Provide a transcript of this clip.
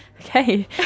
Okay